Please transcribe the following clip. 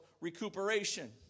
recuperation